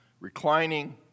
reclining